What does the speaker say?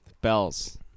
Bells